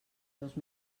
dos